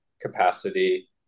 capacity